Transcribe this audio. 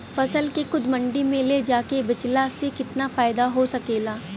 फसल के खुद मंडी में ले जाके बेचला से कितना फायदा हो सकेला?